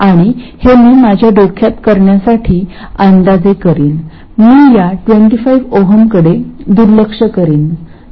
आणि हे मी माझ्या डोक्यात करण्यासाठी अंदाजे करीन मी या 25 Ω कडे दुर्लक्ष करीन